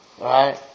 Right